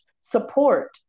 support